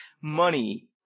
money